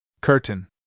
Curtain